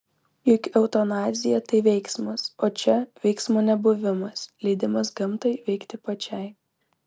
juk eutanazija tai veiksmas o čia veiksmo nebuvimas leidimas gamtai veikti pačiai